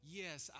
yes